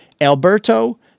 Alberto